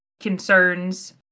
concerns